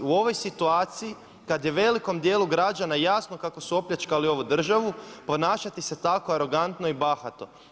U ovoj situaciji, kad je velikom dijelu građana jasno da su opljačkali ovu državu, ponašate se tako arogantno i bahato.